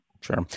Sure